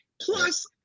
Plus